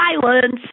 silence